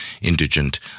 indigent